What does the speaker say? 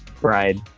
bride